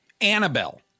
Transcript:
Annabelle